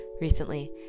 recently